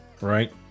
right